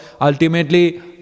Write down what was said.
ultimately